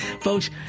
Folks